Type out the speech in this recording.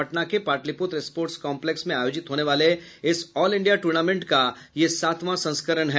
पटना के Pataliputra sports complex में आयोजित होने वाले इस ऑल इंडिया टूर्नामेंट का यह सातवां संस्करण है